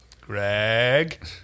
Greg